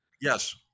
Yes